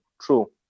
true